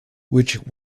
which